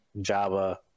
java